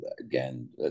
again